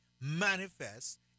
manifest